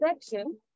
section